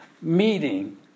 meeting